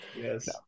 yes